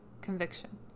conviction